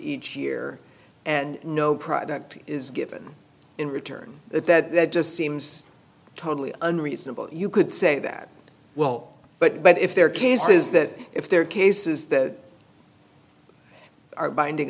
each year and no product is given in return that that just seems totally unreasonable you could say that well but but if there are cases that if there are cases that are binding